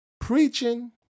preaching